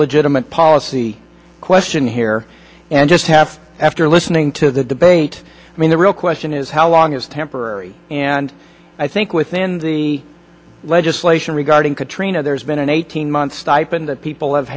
legitimate policy question here and just have after listening to the debate i mean the real question is how long is temporary and i think within the legislation regarding katrina there's been an eighteen month stipend that people have